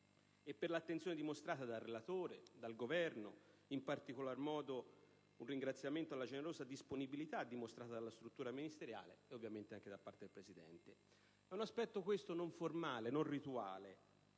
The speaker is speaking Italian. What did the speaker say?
e l'attenzione dimostrata dal relatore e dal Governo; in particolar modo un ringraziamento va alla generosa disponibilità dimostrata dalla struttura ministeriale, e ovviamente dal Presidente; un aspetto, questo, non formale né rituale,